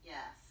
Yes